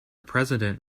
president